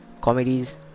comedies